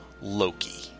Loki